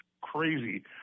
crazy